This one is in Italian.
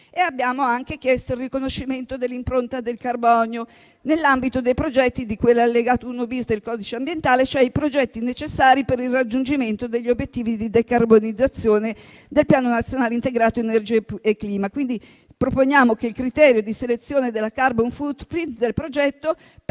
Abbiamo anche chiesto il riconoscimento dell'impronta del carbonio nell'ambito dei progetti di cui all'allegato 1-*bis* del codice ambientale, cioè i progetti necessari per il raggiungimento degli obiettivi di decarbonizzazione del Piano nazionale integrato per l'energia e il clima. Quindi, proponiamo il criterio di selezione della *carbon footprint* del progetto